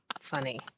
funny